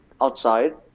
outside